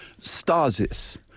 stasis